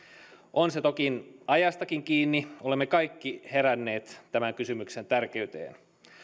on se toki ajastakin kiinni olemme kaikki heränneet tämän kysymyksen tärkeyteen